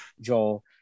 joel